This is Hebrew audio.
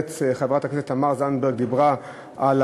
חברת הכנסת תמר זנדברג דיברה על